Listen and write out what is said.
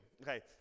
Okay